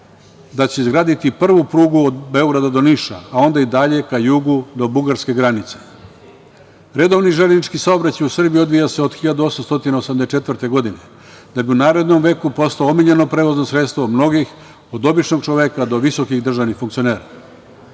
da će izgraditi prvu prugu od Beograda do Niša, a onda i dalje ka jugu do bugarske granice. Redovni železnički saobraćaj u Srbiji odvija se od 1884. godine, da bi u narednom veku postao omiljeno prevozno sredstvo mnogih, od običnog čoveka, do visokih državnih funkcionera.U